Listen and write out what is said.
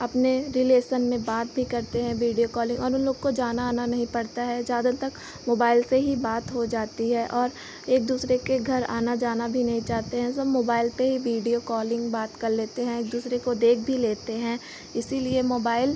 अपने रिलेसन में बात भी करते हैं वीडियो कॉलिंग और उन लोग को जाना आना नहीं पड़ता है ज़्यादा तक मोबाइल से ही बात हो जाती है और एक दूसरे के घर आना जाना भी नहीं चाहते हैं सब मोबाइल पर ही वीडियो कॉलिंग बात कर लेते हैं एक दूसरे को देख भी लेते हैं इसीलिए मोबाइल